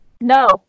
No